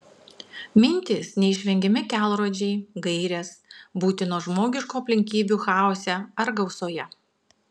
mintys neišvengiami kelrodžiai gairės būtinos žmogiškų aplinkybių chaose ar gausoje